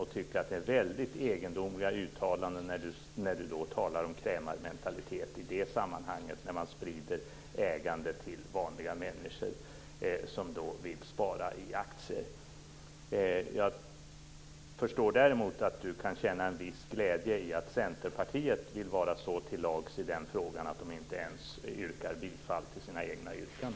Jag tycker att det är väldigt egendomligt att Bo Nilsson talar om krämarmentalitet när man vill sprida ägandet till vanliga människor som vill spara i aktier. Jag förstår däremot att Bo Nilsson kan känna en viss glädje i att Centerpartiet vill vara så till lags i frågan att man inte ens yrkar bifall till sina egna förslag.